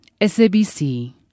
SABC